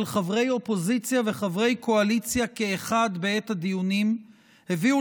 חברי אופוזיציה וחברי קואליציה כאחד בעת הדיונים הביאו